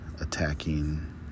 attacking